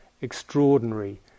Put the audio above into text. extraordinary